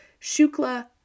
Shukla